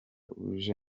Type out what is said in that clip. uje